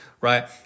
right